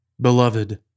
Beloved